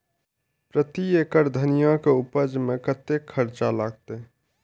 प्रति एकड़ धनिया के उपज में कतेक खर्चा लगते?